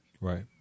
Right